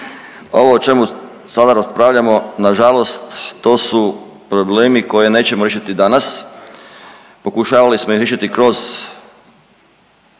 Ovo o čemu sada raspravljamo nažalost to su problemi koje nećemo riješiti danas, pokušavali smo ih riješiti kroz,